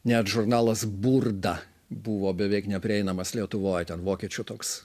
net žurnalas burda buvo beveik neprieinamas lietuvoj ten vokiečių toks